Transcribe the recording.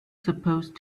supposed